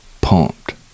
pumped